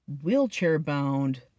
wheelchair-bound